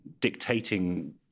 dictating